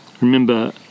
Remember